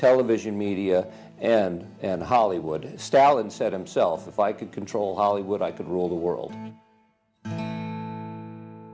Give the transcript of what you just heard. television media and and hollywood stalin said himself if i could control hollywood i could rule the world